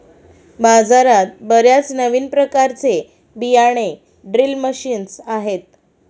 बाजारात बर्याच नवीन प्रकारचे बियाणे ड्रिल मशीन्स आहेत